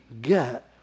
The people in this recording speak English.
get